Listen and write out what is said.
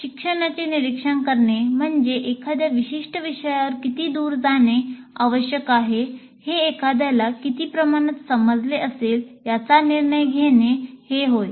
शिक्षणाचे निरीक्षण करणे म्हणजे एखाद्या विशिष्ट विषयावर किती दूर जाणे आवश्यक आहे हे एखाद्याला किती प्रमाणात समजले असेल याचा निर्णय घेणे होय